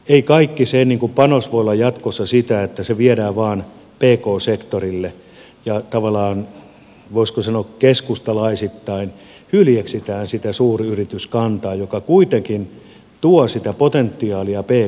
ei kaikki se panos voi olla jatkossa sitä että se viedään vain pk sektorille ja tavallaan voisiko sanoa keskustalaisittain hyljeksitään sitä suuryrityskantaa joka kuitenkin tuo sitä potentiaalia pk sektorille